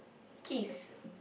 kiss